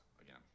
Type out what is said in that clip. again